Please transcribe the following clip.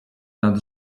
nad